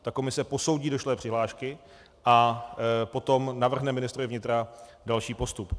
Ta komise posoudí došlé přihlášky a potom navrhne ministrovi vnitra další postup.